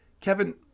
Kevin